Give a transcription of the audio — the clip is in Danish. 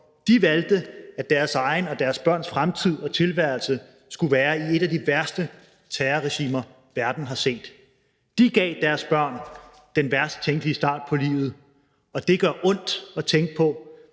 De valgte, at deres egen og deres børns fremtid og tilværelse skulle være i et af de værste terrorregimer, verden har set. De gav deres børn den værst tænkelige start på livet, og det gør ondt at tænke på.